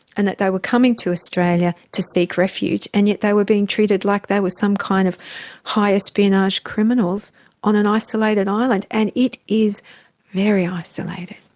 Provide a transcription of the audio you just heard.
and that they were coming to australia to seek refuge, and yet they were being treated like they were some kind of high espionage criminals on an isolated island. and it is very isolated.